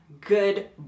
good